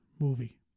movie